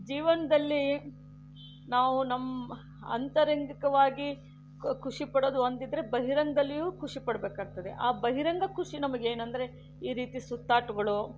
ಜೀವನದಲ್ಲಿ ನಾವು ನಮ್ಮ ಆಂತರಂಗಿಕವಾಗಿ ಖುಷಿಪಡೋದು ಒಂದಿದ್ದರೆ ಬಹಿರಂಗದಲ್ಲಿಯೂ ಖುಷಿಪಡಬೇಕಾಗ್ತದೆ ಆ ಬಹಿರಂಗ ಖುಷಿ ನಮ್ಗೇನಂದ್ರೆ ಈ ರೀತಿ ಸುತ್ತಾಟಗಳು